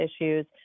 issues